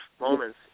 moments